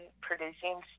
producing